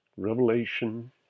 Revelation